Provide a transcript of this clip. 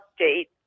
update